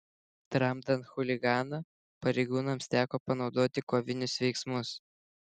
tramdant chuliganą pareigūnams teko panaudoti kovinius veiksmus